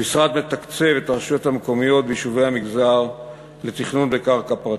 המשרד מתקצב את הרשויות המקומיות ביישובי המגזר לתכנון בקרקע פרטית.